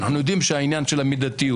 אנחנו יודעים את העניין של המידתיות.